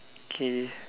okay